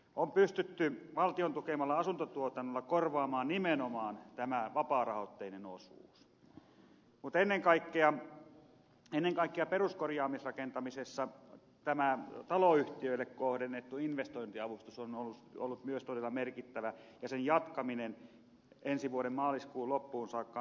on pystytty valtion tukemalla asuntotuotannolla korvaamaan nimenomaan tämä vapaarahoitteinen osuus mutta ennen kaikkea peruskorjaamisrakentamisessa tämä taloyhtiöille kohdennettu investointiavustus on ollut myös todella merkittävä ja sen jatkaminen ensi vuoden maaliskuun loppuun saakka on todella hyvä asia